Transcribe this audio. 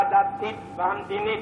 הדתית והמדינית,